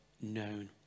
known